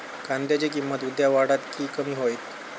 कांद्याची किंमत उद्या वाढात की कमी होईत?